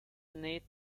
nate